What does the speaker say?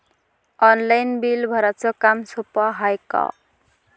Online bill भराच काम सोपं हाय का?